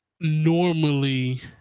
normally